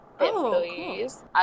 employees